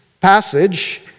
passage